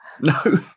No